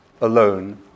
alone